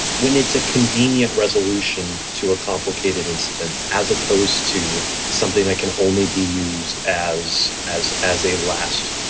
when it's a convenient resolution to a complicated incident, as opposed to something that can only be used as as as a last